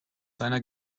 seiner